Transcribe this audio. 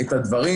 הדברים.